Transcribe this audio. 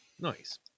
Nice